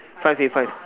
five fifty five